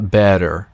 better